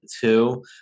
two